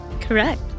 Correct